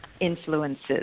influences